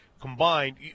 combined